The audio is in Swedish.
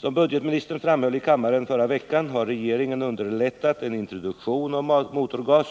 Som budgetministern framhöll i kammaren förra veckan har regeringen underlättat en introduktion av motorgas